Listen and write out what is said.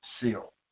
seal